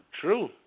True